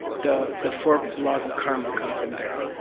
the, the four laws of karma come from there,